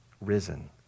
risen